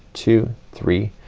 two, three,